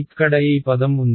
ఇక్కడ ఈ పదం ఉంది